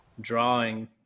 drawing